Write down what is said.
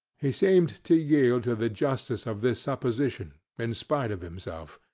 he seemed to yield to the justice of this supposition, in spite of himself.